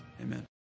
Amen